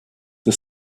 the